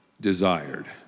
desired